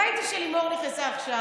את מדברת עם, ראיתי שלימור נכנסה עכשיו.